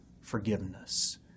forgiveness